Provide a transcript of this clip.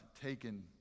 taken